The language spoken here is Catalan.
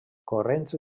corrents